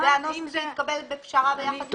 זה הנוסח שהתקבל בפשרה ביחד אתכם.